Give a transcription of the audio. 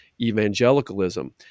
evangelicalism